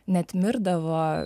net mirdavo